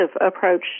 approach